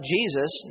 Jesus